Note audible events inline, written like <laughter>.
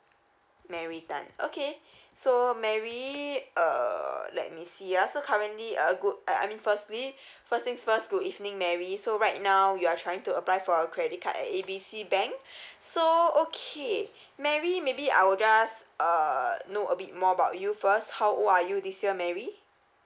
mary tan okay <breath> so mary uh let me see ah so currently uh good uh I mean firstly <breath> first things first good evening mary so right now you are trying to apply for a credit card at A B C bank <breath> so okay mary maybe I will just uh know a bit more about you first how old are you this year mary